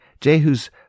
Jehu's